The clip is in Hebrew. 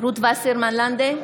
רות וסרמן לנדה,